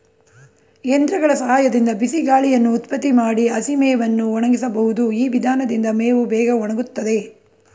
ಯಂತ್ರಗಳ ಸಹಾಯದಿಂದ ಬಿಸಿಗಾಳಿಯನ್ನು ಉತ್ಪತ್ತಿ ಮಾಡಿ ಹಸಿಮೇವನ್ನು ಒಣಗಿಸಬಹುದು ಈ ವಿಧಾನದಿಂದ ಮೇವು ಬೇಗ ಒಣಗುತ್ತದೆ